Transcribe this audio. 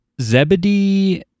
Zebedee